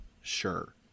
sure